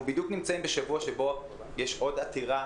אנחנו נמצאים בדיוק בשבוע שבו יש עוד עתירה